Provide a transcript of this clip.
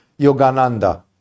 Yogananda